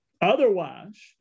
Otherwise